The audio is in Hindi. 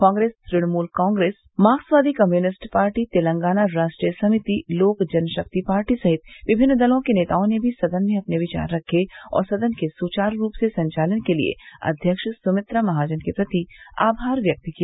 कांग्रेस तृणमूल कांग्रेस मार्क्सवादी communist party Telangana Rashtriya Samiti Lok Janshakti party सहित विभिन्न दलों के नेताओं ने भी सदन में अपने विचार रखे और सदन के सुचारू रूप से संचालन के लिए अध्यक्ष सुमित्रा महाजन के प्रति आभार व्यक्त किया